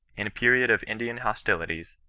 in a period of indian hostilities,